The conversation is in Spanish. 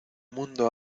mundo